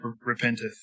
repenteth